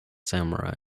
samurai